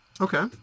Okay